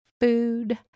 food